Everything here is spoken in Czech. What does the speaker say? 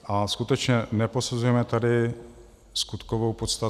A skutečně neposuzujme tady skutkovou podstatu.